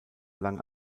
lang